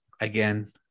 Again